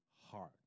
heart